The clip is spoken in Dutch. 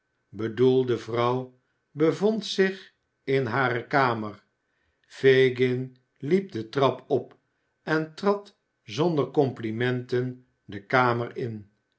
bedoelde vrouw bevond zich in hare kamer j fagin liep de trap op en trad zonder complimen i ten de kamer in